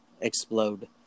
explode